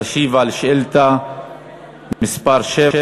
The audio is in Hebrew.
להשיב על שאילתה מס' 7,